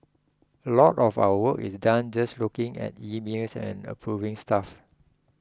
a lot of our work is done just looking at emails and approving stuff